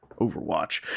Overwatch